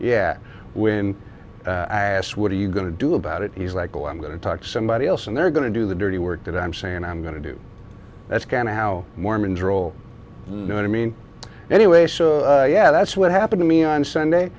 yet when asked what are you going to do about it he's like oh i'm going to talk to somebody else and they're going to do the dirty work that i'm saying i'm going to do that's kind of how mormons roll you know i mean anyway so yeah that's what happened to me on sunday